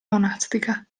monastica